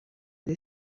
des